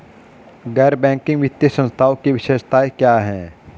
गैर बैंकिंग वित्तीय संस्थानों की विशेषताएं क्या हैं?